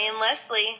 Leslie